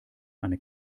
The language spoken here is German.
eine